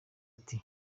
ati